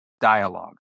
dialogue